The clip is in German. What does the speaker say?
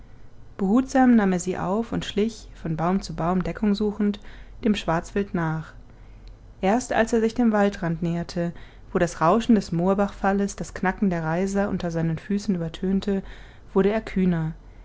behutsam nahm er sie auf und schlich von baum zu baum deckung suchend dem schwarzwild nach erst als er sich dem waldrand näherte wo das rauschen des moorbachfalles das knacken der reiser unter seinen füßen übertönte wurde er kühner